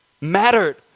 mattered